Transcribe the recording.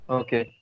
okay